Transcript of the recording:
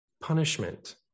punishment